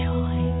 Joy